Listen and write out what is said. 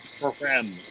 program